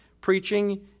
preaching